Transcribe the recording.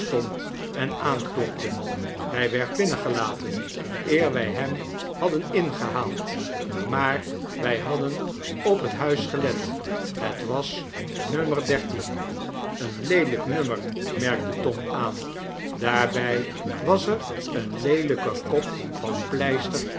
en aanklopte hy werd binnengelaten eer wy hem hadden ingehaald maar wij hadden op het huis gelet het was nommer dertien een leelp nommer merkte tom aan daarby was er een leelyke kop van pleister